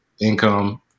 income